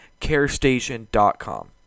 carestation.com